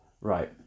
right